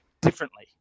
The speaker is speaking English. differently